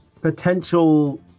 potential